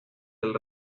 del